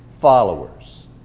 followers